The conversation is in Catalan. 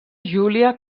júlia